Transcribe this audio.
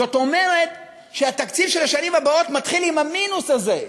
זאת אומרת שהתקציב של השנים הבאות מתחיל עם המינוס הזה.